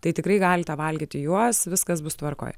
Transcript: tai tikrai galite valgyti juos viskas bus tvarkoj